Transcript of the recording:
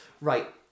Right